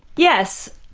yes.